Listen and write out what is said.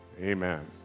Amen